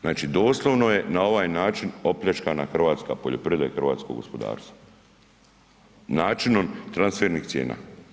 Znači doslovno je na ovaj način opljačkana hrvatska poljoprivreda i hrvatsko gospodarstvo, načinom transfernih cijena.